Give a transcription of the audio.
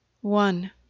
One